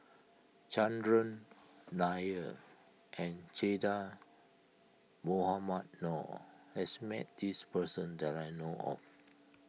Chandran Nair and Che Dah Mohamed Noor has met this person that I know of